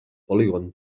polígon